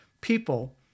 People